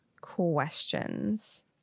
questions